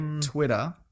Twitter